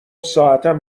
ساعتم